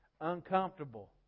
Uncomfortable